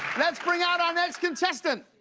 let's bring out our next contestant.